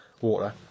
water